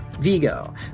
Vigo